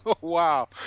wow